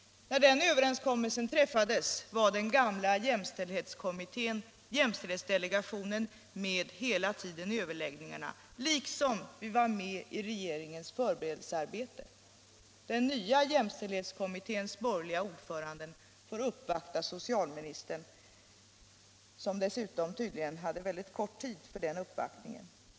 När den överenskommelsen träffades, var den gamla jämställdhetsdelegationen med hela tiden i överläggningarna, liksom vi var med i regeringens förberedelsearbete. Den nya jämställdhetskommitténs borgerliga ordförande har fått uppvakta socialministern, som dessutom tydligen hade väldigt kort tid för den uppvaktningen.